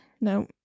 No